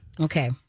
Okay